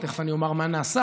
ותכף אני אומר מה נעשה,